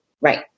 right